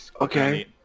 Okay